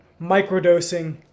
microdosing